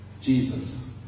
Jesus